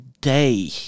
day